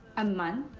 a month?